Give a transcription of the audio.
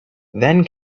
then